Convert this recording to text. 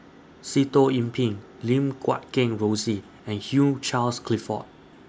Sitoh Yih Pin Lim Guat Kheng Rosie and Hugh Charles Clifford